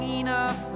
enough